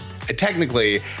Technically